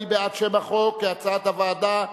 מי בעד שם החוק כהצעת הוועדה?